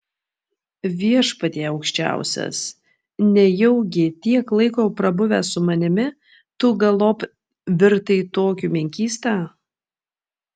viešpatie aukščiausias nejaugi tiek laiko prabuvęs su manimi tu galop virtai tokiu menkysta